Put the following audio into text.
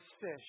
fish